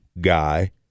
guy